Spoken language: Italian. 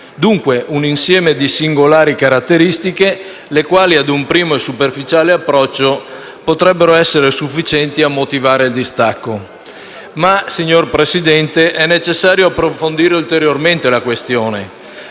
Dunque, un insieme di singolari caratteristiche, le quali, a un primo e superficiale approccio, potrebbero essere sufficienti a motivare il distacco. Signor Presidente, è necessario però approfondire ulteriormente la questione: